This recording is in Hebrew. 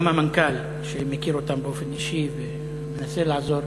גם המנכ"ל שמכיר אותם באופן אישי ומנסה לעזור,